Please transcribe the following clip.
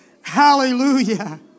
Hallelujah